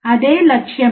అదే లక్ష్యం